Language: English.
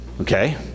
okay